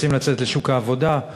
רוצים לצאת לשוק העבודה,